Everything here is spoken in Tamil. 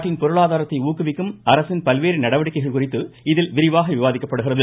நாட்டின் பொருளாதாரத்தை உங்குவிக்கும் அரசின் பல்வேறு நடவடிக்கைகள் குறித்து இதில் விவாதிக்கப்படுகிறது